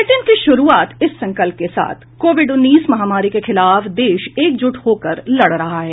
bulletin की शुरूआत इस संकल्प के साथ कोविड उन्नीस महामारी के खिलाफ देश एकजुट होकर लड़ रहा है